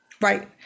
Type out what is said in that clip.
Right